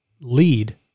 lead